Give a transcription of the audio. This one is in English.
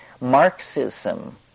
Marxism